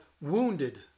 Wounded